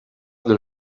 del